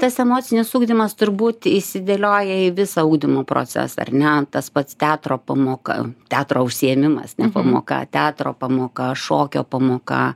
tas emocinis turbūt išsidėlioja į visą ugdymo procesą ar ne tas pats teatro pamoka teatro užsiėmimas ne pamoka teatro pamoka šokio pamoka